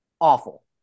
Awful